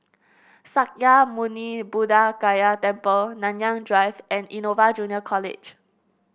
Sakya Muni Buddha Gaya Temple Nanyang Drive and Innova Junior College